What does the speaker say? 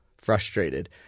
frustrated